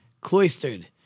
cloistered